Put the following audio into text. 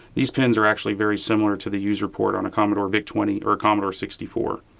these pins are actually very similar to the user port on a commodore vic twenty or commodore sixty four.